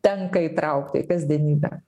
tenka įtraukti į kasdienybę